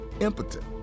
impotent